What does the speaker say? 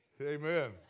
Amen